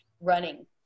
running